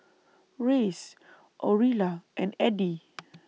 Reyes Aurilla and Addie